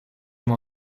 panu